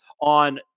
on